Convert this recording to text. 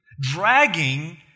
dragging